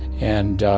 and, ah,